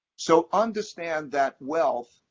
so understand that wealth,